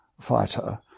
fighter